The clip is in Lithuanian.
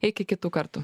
iki kitų kartų